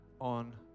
on